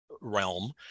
realm